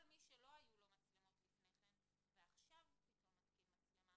כל מי שלא היו לו מצלמות לפני כן ועכשיו פתאום מתקין מצלמה,